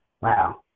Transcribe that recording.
wow